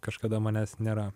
kažkada manęs nėra